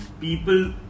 people